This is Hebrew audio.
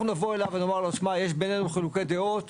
נבוא אליו ונאמר תשמע יש בינינו חילוקי דעות